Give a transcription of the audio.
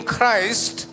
Christ